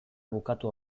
bukatu